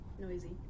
Noisy